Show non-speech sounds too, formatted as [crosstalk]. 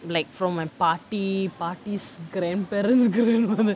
like from my patti pattis pattis grandparents grandm~ [laughs]